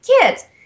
kids